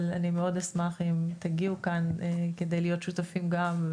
אבל אשמח מאוד אם תגיעו כאן כדי להיות שותפים גם,